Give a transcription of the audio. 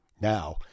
Now